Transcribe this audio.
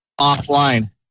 offline